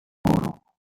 tomorrow